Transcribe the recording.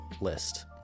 list